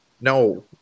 No